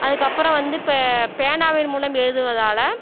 அதுக்கப்புறம் வந்து இப்போ பேனாவின் மூலம் எழுதுவதால்